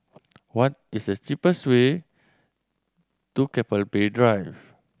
what is the cheapest way to Keppel Bay Drive